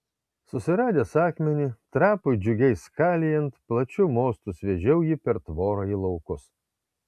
susiradęs akmenį trapui džiugiai skalijant plačiu mostu sviedžiau jį per tvorą į laukus